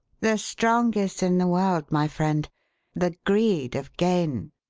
the strongest in the world, my friend the greed of gain!